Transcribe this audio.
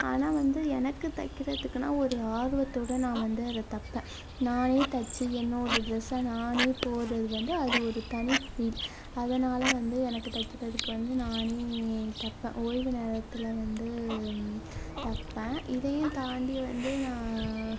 ஆனால் வந்து எனக்கு தைக்கிறதுக்குனா ஒரு ஆர்வத்தோட நான் வந்து அதை தைப்பேன் நானே தச்சு என்னோட ட்ரெஸ்ஸை நானே போடுறது வந்து அது ஒரு தனி ஃபீல் அதனால் வந்து எனக்கு தைக்கிறதுக்கு வந்து நானே தைப்பேன் ஓய்வு நேரத்தில் வந்து தைப்பேன் இதையும் தாண்டி வந்து நான்